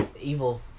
evil